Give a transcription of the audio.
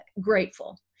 grateful